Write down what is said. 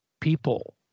people